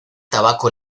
tabaco